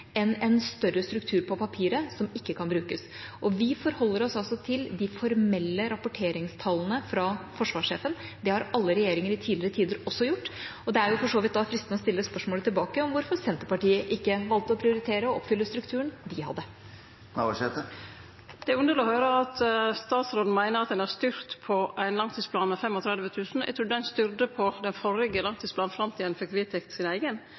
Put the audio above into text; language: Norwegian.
enn en større struktur på papiret som ikke kan brukes. Vi forholder oss altså til de formelle rapporteringstallene fra forsvarssjefen. Det har alle regjeringer i tidligere tider også gjort. Det er for så vidt da fristende å stille spørsmålet tilbake om hvorfor Senterpartiet ikke valgte å prioritere og oppfylle strukturen de hadde. Det er underleg å høyre at statsråden meiner at ein har styrt etter ein langtidsplan med 35 000, eg trudde ein styrte etter den førre langtidsplanen inntil ein fekk vedteke sin eigen.